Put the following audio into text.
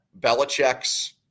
Belichick's